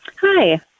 Hi